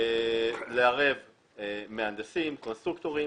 לערב מהנדסים, קונסטרוקטורים.